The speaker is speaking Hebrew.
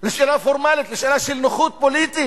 לשאלה פורמלית, לשאלה של נוחות פוליטית.